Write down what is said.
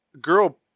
girl